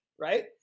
right